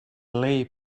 lay